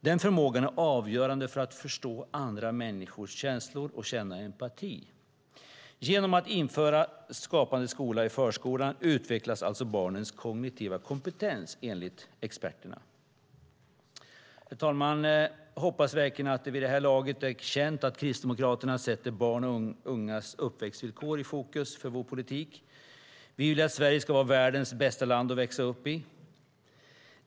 Den förmågan är avgörande för att förstå andra människors känslor och känna empati. Genom att införa Skapande skola i förskoleklass utvecklas alltså barnens kognitiva kompetens, enligt experterna. Herr talman! Jag hoppas verkligen att det vid det här laget är känt att Kristdemokraterna sätter barns och ungas uppväxtvillkor i fokus för vår politik. Vi vill att Sverige ska vara världens bästa land att växa upp i.